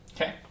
Okay